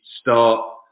start